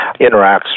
interacts